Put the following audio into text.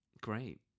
Great